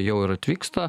jau ir atvyksta